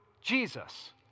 Jesus